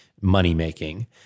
money-making